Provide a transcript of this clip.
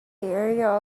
area